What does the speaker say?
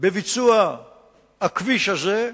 בביצוע הכביש הזה,